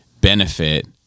benefit